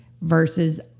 versus